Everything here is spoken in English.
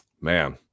Man